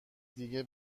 دیگه